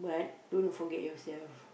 but don't forget yourself